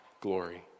glory